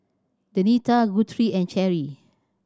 Denita Guthrie and Cheri